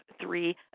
three